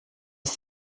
ist